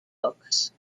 books